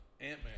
Ant-Man